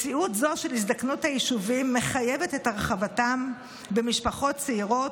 מציאות זו של הזדקנות היישובים מחייבת את הרחבתם במשפחות צעירות,